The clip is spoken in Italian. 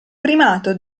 primato